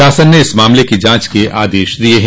शासन ने इस मामले की जांच के आदेश दिये हैं